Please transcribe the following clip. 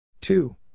Two